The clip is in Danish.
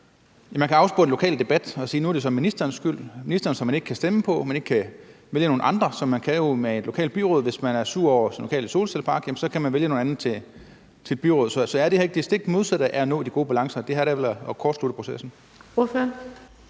bare kan afspore den lokale debat og sige, at nu er det så ministerens skyld, en minister, som man ikke kan stemme på og vælge nogle andre, som man jo kan med et lokalt byråd? Hvis man er sur over den lokale solcellepark, kan man vælge nogle andre til byrådet. Så er det her ikke det stik modsatte af at nå de gode balancer? Det her er vel at kortslutte processen.